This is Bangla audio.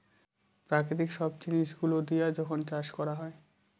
প্রাকৃতিক সব জিনিস গুলো দিয়া যখন চাষ করা হয়